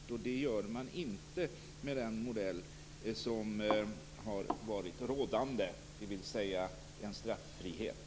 Det gör man inte med den modell som har varit rådande, dvs. en straffrihet.